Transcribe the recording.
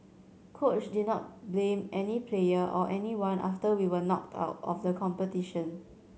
coach did not blame any player or anyone after we were knocked out of the competition